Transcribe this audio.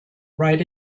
write